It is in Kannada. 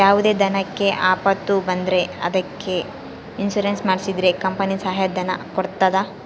ಯಾವುದೇ ದನಕ್ಕೆ ಆಪತ್ತು ಬಂದ್ರ ಅದಕ್ಕೆ ಇನ್ಸೂರೆನ್ಸ್ ಮಾಡ್ಸಿದ್ರೆ ಕಂಪನಿ ಸಹಾಯ ಧನ ಕೊಡ್ತದ